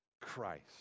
Christ